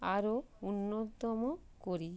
আরো উন্নততম করি